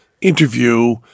interview